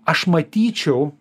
aš matyčiau